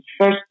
first